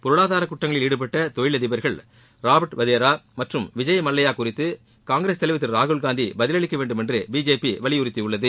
பொருளாதார குற்றங்களில் ஈடுபட்ட தொழிலதிபர்கள் ராபர்ட் வதேரா மற்றும் விஜய் மல்லையா குறித்து காங்கிரஸ் தலைவர் திரு ராகுல்காந்தி பதில் அளிக்கவேண்டும் என்று பிஜேபி வலியுறுத்தியுள்ளது